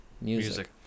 Music